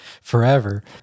forever